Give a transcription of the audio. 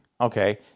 Okay